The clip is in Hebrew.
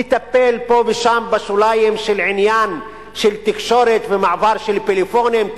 לטפל פה ושם בשוליים של עניין של תקשורת ומעבר של פלאפונים,